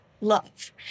love